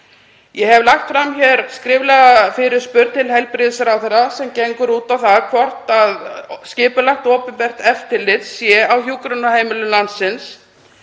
Ég hef lagt fram skriflega fyrirspurn til heilbrigðisráðherra sem gengur út á það hvort skipulagt, opinbert eftirlit sé á hjúkrunarheimilum landsins